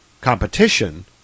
competition